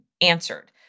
answered